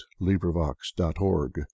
LibriVox.org